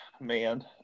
man